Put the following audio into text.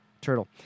Turtle